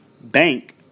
bank